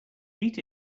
beat